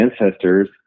ancestors